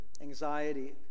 anxiety